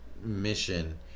mission